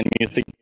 music